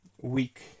week